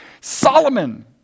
Solomon